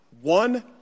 one